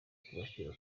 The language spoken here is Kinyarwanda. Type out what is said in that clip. kubashyira